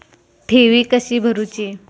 ठेवी कशी भरूची?